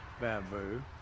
bamboo